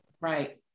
Right